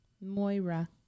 Moira